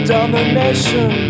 Domination